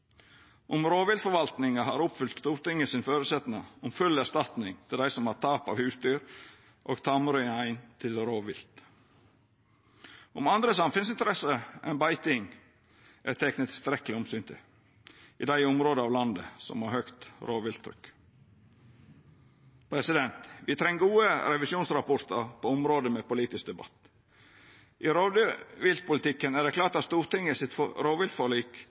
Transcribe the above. om rovviltforvaltninga har oppfylt Stortinget sin føresetnad om full erstatning til dei som har tap av husdyr og tamrein til rovvilt om andre samfunnsinteresser enn beiting er tekne tilstrekkeleg omsyn til i dei områda av landet som har høgt rovvilttrykk Vi treng gode revisjonsrapportar på område med politisk debatt. I rovviltpolitikken er det klart at